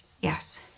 Yes